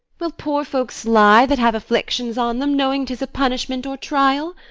will poor folks lie, that have afflictions on them, knowing tis a punishment or trial?